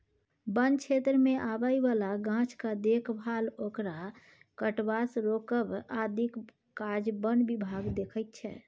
बन क्षेत्रमे आबय बला गाछक देखभाल ओकरा कटबासँ रोकब आदिक काज बन विभाग देखैत छै